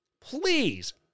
Please